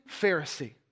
Pharisee